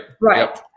Right